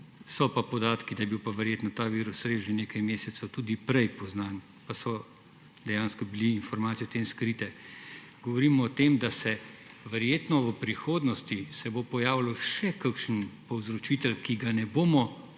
so pa podatki, da je bil pa verjetno ta virus res že nekaj mesecev tudi prej poznan, pa so dejansko bile informacije o tem skrite. Govorimo o tem, da se verjetno v prihodnosti bo pojavil še kakšen povzročitelj, ki ga ne bomo